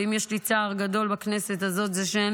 ואם יש לי צער גדול בכנסת הזאת זה שאין